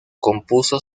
compuso